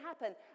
happen